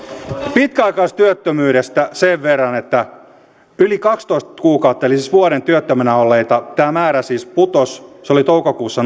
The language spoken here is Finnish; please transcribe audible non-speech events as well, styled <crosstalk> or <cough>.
pitkäaikaistyöttömyydestä sen verran että yli kaksitoista kuukautta eli vuoden työttömänä olleiden määrä siis putosi se oli toukokuussa <unintelligible>